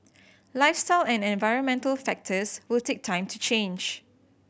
lifestyle and environmental factors will take time to change